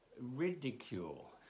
Ridicule